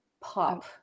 pop